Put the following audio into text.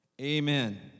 Amen